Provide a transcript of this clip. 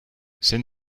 c’est